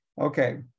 Okay